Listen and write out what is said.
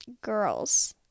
girls